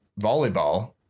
volleyball